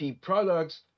products